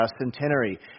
centenary